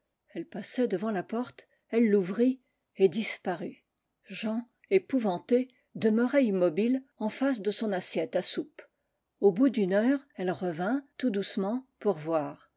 elle passait devant la porte elle l'ouvrit et disparut jean épouvante demeurait immobile en face de son assiette à soupe au bout d'une heure elle revint tout doucement pour voir